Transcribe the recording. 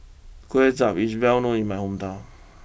Kway Chap is well known in my hometown